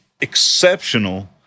exceptional